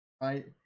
right